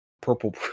purple